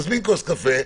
מזמין כוס קפה,